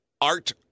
Art